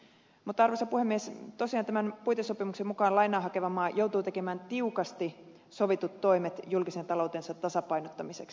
mutta arvoisa puhemies tosiaan tämän puitesopimuksen mukaan lainaa hakeva maa joutuu tekemään tiukasti sovitut toimet julkisen taloutensa tasapainottamiseksi